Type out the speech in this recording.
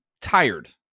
tired